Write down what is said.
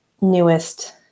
newest